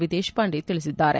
V Deshpande ತಿಳಿಸಿದ್ದಾರೆ